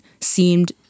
seemed